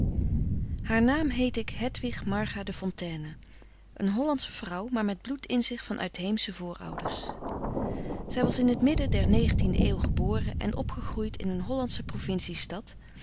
haar naam heet ik hedwig marga de fontayne een hollandsche vrouw maar met bloed in zich van uitheemsche voorouders zij was in t midden der negentiende eeuw geboren en opgegroeid in een hollandsche provincie stad